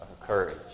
courage